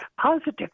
positive